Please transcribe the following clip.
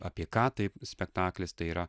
apie ką taip spektaklis tai yra